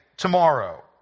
tomorrow